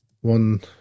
one